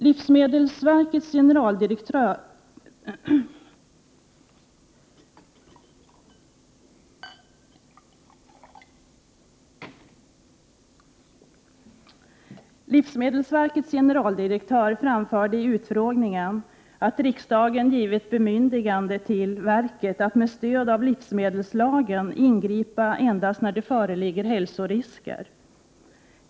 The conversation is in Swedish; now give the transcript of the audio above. Livsmedelsverkets generaldirektör anförde i utfrågningen att riksdagen givit verket bemyndigande att med stöd av livsmedelslagen ingripa endast när det föreligger hälsorisker.